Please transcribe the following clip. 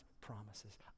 promises